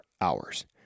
hours